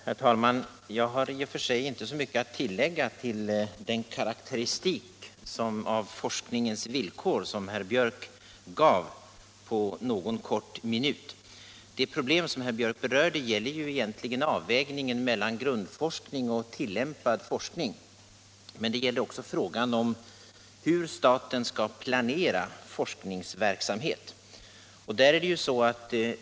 Herr talman! Jag har i och för sig inte så mycket att tillägga till den karakteristik av forskningens villkor som herr Biörck i Värmdö gav på en kort minut. Det problem som herr Biörck berörde gäller egentligen avvägningen mellan grundforskning och tillämpad forskning, men också frågan om hur staten skall planera forskningsverksamhet.